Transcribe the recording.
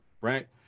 right